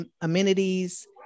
amenities